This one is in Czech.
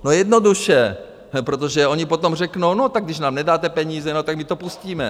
No jednoduše, protože oni potom řeknou, no tak když nám nedáte peníze, no tak my to pustíme.